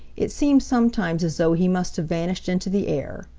it seemed sometimes as though he must have vanished into the air.